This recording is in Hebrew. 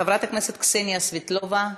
חברת הכנסת קסניה סבטלובה,